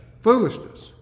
foolishness